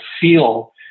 feel